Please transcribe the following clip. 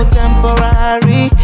temporary